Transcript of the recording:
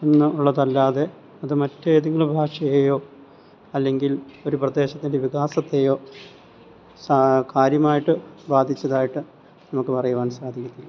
എന്നുള്ളതല്ലാതെ അത് മറ്റ് ഏതെങ്കിലും ഭാഷയേയോ അല്ലെങ്കിൽ ഒരു പ്രദേശത്തിൻ്റെ വികാസത്തേയോ കാര്യമായിട്ട് ബാധിച്ചതായിട്ട് നമുക്ക് പറയുവാൻ സാധിക്കത്തില്ല